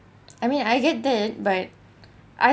I mean I get that but I